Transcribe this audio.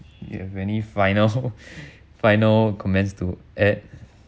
you have any final final comments to add